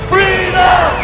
Freedom